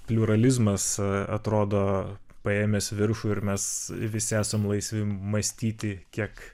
pliuralizmas atrodo paėmęs viršų ir mes visi esam laisvi mąstyti kiek